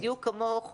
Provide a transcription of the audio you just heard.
בדיוק כמוך וכמוכם,